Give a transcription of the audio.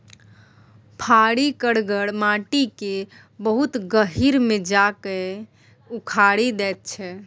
फारी करगर माटि केँ बहुत गहींर मे जा कए उखारि दैत छै